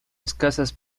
escasas